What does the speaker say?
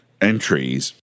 entries